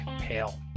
pale